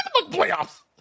playoffs